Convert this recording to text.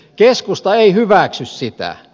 keskusta ei hyväksy sitä